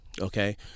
Okay